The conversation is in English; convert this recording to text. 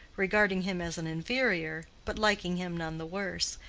regarding him as an inferior, but liking him none the worse,